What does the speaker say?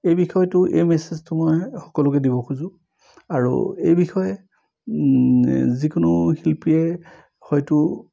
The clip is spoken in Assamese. এই বিষয়টো এই মেছেজটো মই সকলোকে দিব খোজোঁ আৰু এই বিষয়ে যিকোনো শিল্পীয়ে হয়টো